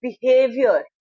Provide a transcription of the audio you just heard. behavior